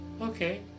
Okay